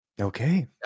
okay